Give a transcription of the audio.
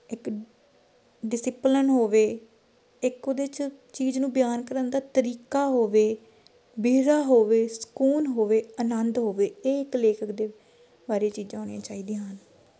ਇੱਕ ਡਿਸਿਪਲਨ ਹੋਵੇ ਇੱਕ ਉਹਦੇ 'ਚ ਚੀਜ਼ ਨੂੰ ਬਿਆਨ ਕਰਨ ਦਾ ਤਰੀਕਾ ਹੋਵੇ ਬਿਰਹਾ ਹੋਵੇ ਸਕੂਨ ਹੋਵੇ ਆਨੰਦ ਹੋਵੇ ਇਹ ਇੱਕ ਲੇਖਕ ਦੇ ਬਾਰੇ ਚੀਜ਼ਾਂ ਹੋਣੀਆਂ ਚਾਹੀਦੀਆਂ ਹਨ